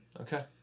okay